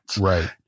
Right